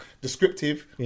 Descriptive